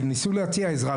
ניסו להציע עזרה,